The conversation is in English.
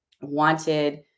wanted